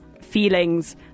feelings